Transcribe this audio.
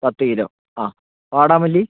പത്തു കിലോ ആ വാടാമല്ലി